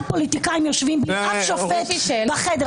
פוליטיקאים יושבים בלי אף שופט בחדר?